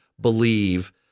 believe